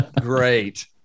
Great